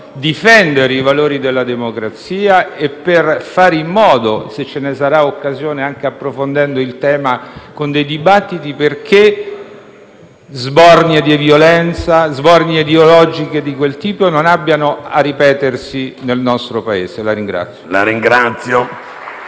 difendere i valori della democrazia e per fare in modo, se ce ne sarà occasione anche approfondendo il tema con dei dibattiti, perché sbornie di violenza, sbornie ideologiche di quel tipo non abbiano a ripetersi nel nostro Paese.